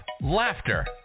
laughter